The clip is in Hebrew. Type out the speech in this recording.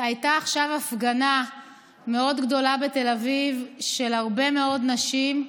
הייתה עכשיו הפגנה מאוד גדולה בתל אביב של הרבה מאוד נשים,